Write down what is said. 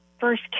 First